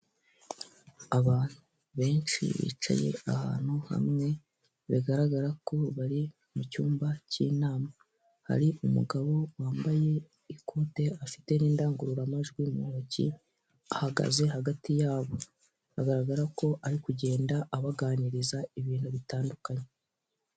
Abantu benshi bicaye ahantu hamwe bigaragara ko bari mu cyumba k'inama, hari umugabo wambaye ikote afite n'indangururamajwi mu ntoki ahagaze hagati yabo agaragara ko ari kugenda abaganiriza ibintu bitandukanye.